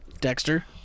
Dexter